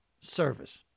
service